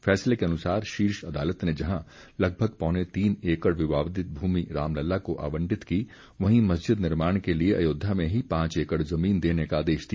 फैसले के अनुसार शीर्ष अदालत ने लगभग पौने तीन एकड़ विवादित भूमि रामलला को आवंटित की वहीं मजिस्द निर्माण के लिए अयोध्या में ही पांच एकड़ जमीन देने का आदेश दिया